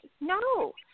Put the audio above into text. No